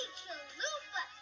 chalupa